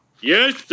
Yes